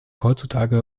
heutzutage